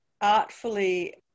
artfully